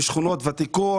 משכונות ותיקות,